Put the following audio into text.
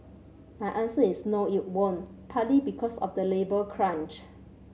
my answer is no it won't partly because of the labour crunch